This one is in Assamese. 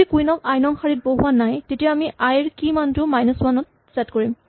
যদি কুইন ক আই নং শাৰীত বহোৱা নাই তেতিয়া আমি আই ৰ কী মানটো মাইনাচ ৱান ছেট কৰিম